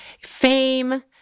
fame